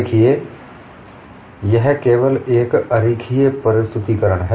देखें यह केवल एक आरेखीय प्रस्तुतिकरण है